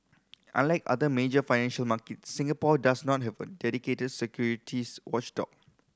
unlike other major financial markets Singapore does not have a dedicated securities watchdog